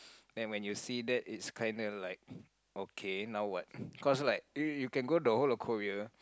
and when you see that is kinda like okay now what cause like you you can go to the whole of Korea